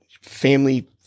Family